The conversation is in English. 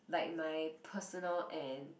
like my personal and